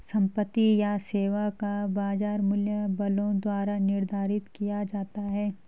संपत्ति या सेवा का बाजार मूल्य बलों द्वारा निर्धारित किया जाता है